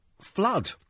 flood